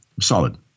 solid